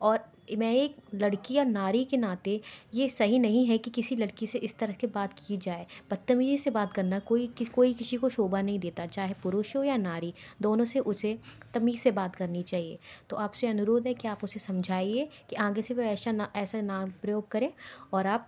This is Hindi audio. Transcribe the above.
और इन्हें एक लड़की या नारी की नाते ये सही नहीं है कि किसी लड़की से इस तरह के बाद की जाए बदतमीजी से बात करना कोई कोई किसी को शोभा नहीं देता चाहे पुरुष हो या नारी दोनों से उसे तमीज से बात करनी चाहिए तो आपसे अनुरोध है क्या आप उसे समझाइए कि आगे से वे ऐसा ना ऐसा ना प्रयोग करें और आप